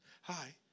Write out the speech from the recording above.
hi